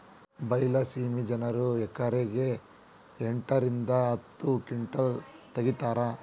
ಬೈಲಸೇಮಿ ಜನರು ಎಕರೆಕ್ ಎಂಟ ರಿಂದ ಹತ್ತ ಕಿಂಟಲ್ ತಗಿತಾರ